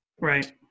Right